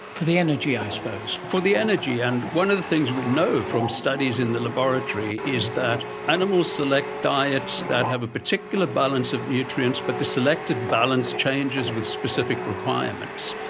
for the energy i suppose. for the energy. and one of the things we know from studies in the laboratory is that animals select diets that have a particular balance of nutrients, but the selected balance changes with specific requirements.